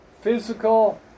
physical